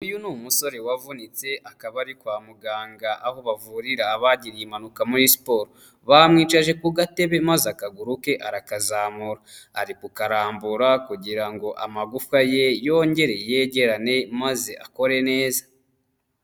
Uyu ni umusore wavunitse akaba ari kwa muganga aho bavurira abagiriye impanuka muri siporo bamwicaje ku gatebe maze akaguru ke arakazamura ari gukarambura kugira amagufwa ye yongere yegerane maze akore neza.